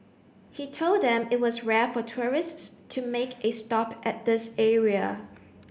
he told them it was rare for tourists to make a stop at this area